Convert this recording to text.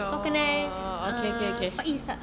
kau kenal uh faiz tak